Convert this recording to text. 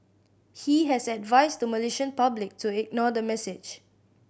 he has advised the Malaysian public to ignore the message